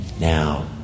Now